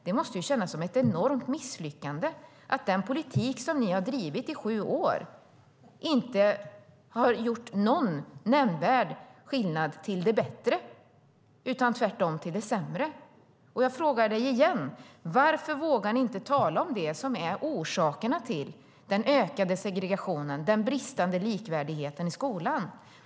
Det måste kännas som ett enormt misslyckande att den politik som ni har drivit i sju år inte har gjort någon nämnvärd skillnad till det bättre utan tvärtom till det sämre. Jag frågar dig igen: Varför vågar ni inte tala om det som är orsakerna till den ökande segregationen och den bristande likvärdigheten i skolan?